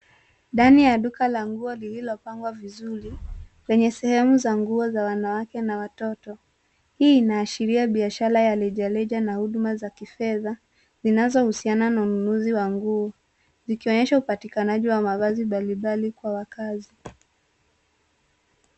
Ndani ya duka la nguo lililopangwa vizuri kwenye sehemu za nguo za wanawake na watoto ,hii inaashiria biashara ya rejareja na huduma za kifedha zinazohusiana na ununuzi wa nguo zikionyesha upatikanaji wa mavazi mbalimbali kwa wakazi.